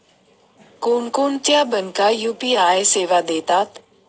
कोणकोणत्या बँका यू.पी.आय सेवा देतात?